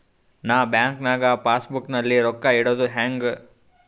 ನಾ ಬ್ಯಾಂಕ್ ನಾಗ passbook ನಲ್ಲಿ ರೊಕ್ಕ ಇಡುದು ಹ್ಯಾಂಗ್?